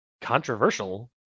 controversial